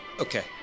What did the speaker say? Okay